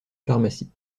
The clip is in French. pharmacie